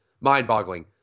mind-boggling